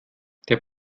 der